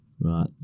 Right